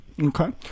okay